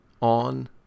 on